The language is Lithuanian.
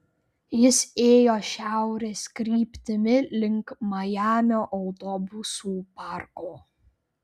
jis ėjo šiaurės kryptimi link majamio autobusų parko